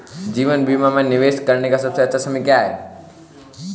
जीवन बीमा में निवेश करने का सबसे अच्छा समय क्या है?